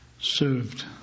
Served